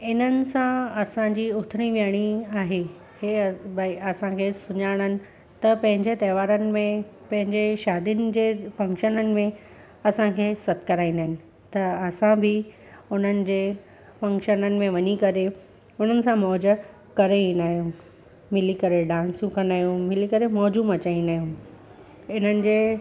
इन्हनि सां असांजी उथणी वेहणी आहे हीअ भई असांखे सुञाणनि त पंहिंजे त्योहारनि में पंहिंजे शादीयुनि जे फंक्शननि में असांखे सॾु कराईंदा आहिनि त असां बि उन्हनि जे फंक्शननि में वञी करे उन्हनि सां मौज करे ईंदा आहियूं मिली करे डांसू कंदा आहियूं मिली करे मौजू मचाईंदा आहियूं इन्हनि जे